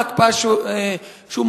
ההקפאה שהוא מבטיח,